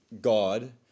God